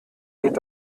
geht